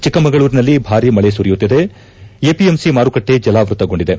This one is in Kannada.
ಚಿಕ್ಕಮಗಳೂರಿನಲ್ಲಿ ಭಾರೀ ಮಳೆ ಸುರಿಯುತ್ತಿದೆ ಎಪಿಎಂಸಿ ಮಾರುಕಟ್ಟೆ ಜಲಾವೃತಗೊಂಡಿದೆ